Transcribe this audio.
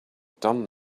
done